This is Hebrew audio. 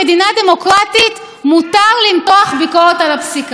קיבלתי החלטה לתקן את דרכיי.